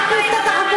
שהיית אומרת את האמת.